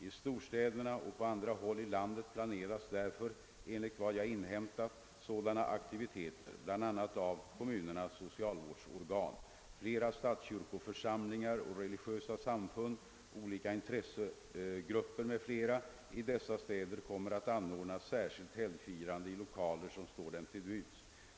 I storstäderna och på andra håll i landet planeras därför, enligt vad jag inhämtat, sådana aktiviteter, bl.a. av kommunernas socialvårdsorgan. Flera statskyrkoförsamlingar och religiösa samfund, olika intressegrupper m.fl. i dessa städer kommer att anordna särskilt helgfirande i lokaler som står dem till buds.